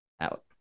out